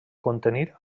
contenir